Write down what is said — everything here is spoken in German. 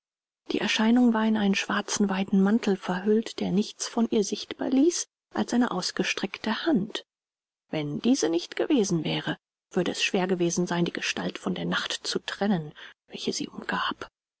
die erscheinung war in einen schwarzen weiten mantel verhüllt der nichts von ihr sichtbar ließ als eine ausgestreckte hand wenn diese nicht gewesen wäre würde es schwer gewesen sein die gestalt von der nacht zu trennen welche sie umgab